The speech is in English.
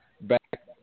back